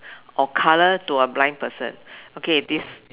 or colour to a blind person okay this